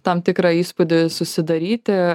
tam tikrą įspūdį susidaryti